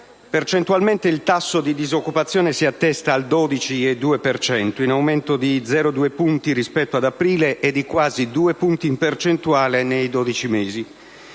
Percentualmente il tasso di disoccupazione si attesta al 12,2 per cento, in aumento di 0,2 punti rispetto ad aprile e di quasi due punti percentuali nei dodici mesi.